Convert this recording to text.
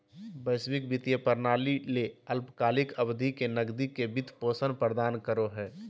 वैश्विक वित्तीय प्रणाली ले अल्पकालिक अवधि के नकदी के वित्त पोषण प्रदान करो हइ